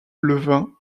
levin